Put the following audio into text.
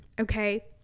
okay